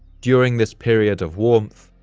during this period of warmth,